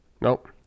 Nope